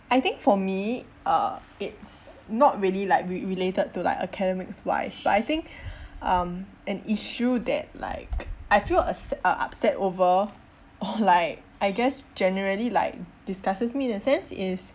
I think for me uh it's not really like re related to like academics wise but I think um an issue that like I feel as uh upset over or like I guess generally like digustses me in a sense is